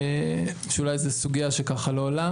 שאולי זו סוגיה שלא עולה.